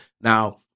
Now